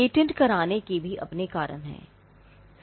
patent कराने के अपने कारण भी हैं